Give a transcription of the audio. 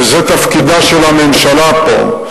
וזה תפקידה של הממשלה פה.